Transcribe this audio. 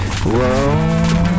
Whoa